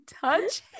touch